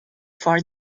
for